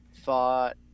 thought